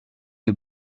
est